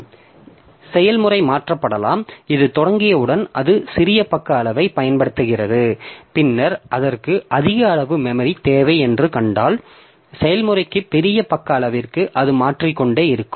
எனவே செயல்முறை மாற்றப்படலாம் இது தொடங்கியவுடன் அது சிறிய பக்க அளவைப் பயன்படுத்துகிறது பின்னர் அதற்கு அதிக அளவு மெமரி தேவை என்று கண்டால் செயல்முறைக்கு பெரிய பக்க அளவிற்கு அது மாறிக்கொண்டே இருக்கும்